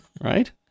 Right